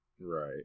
Right